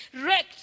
wrecked